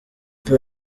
papa